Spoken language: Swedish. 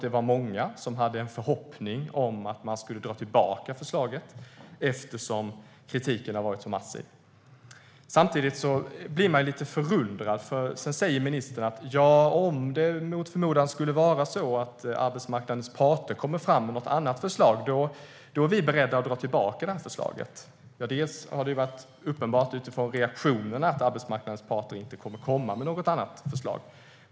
Det var många som hade en förhoppning om att regeringen skulle dra tillbaka förslaget eftersom kritiken har varit så massiv. Samtidigt blir jag lite förundrad. Ministern säger att om det mot förmodan skulle vara så att arbetsmarknadens parter kommer fram med något annat förslag är regeringen beredd att dra tillbaka förslaget. Det har varit uppenbart utifrån reaktionerna att arbetsmarknadens parter inte kommer att lägga fram något annat förslag.